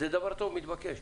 זה דבר טוב ומתבקש,